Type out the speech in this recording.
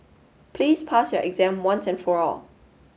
please pass your exam once and for all